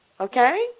Okay